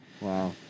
Wow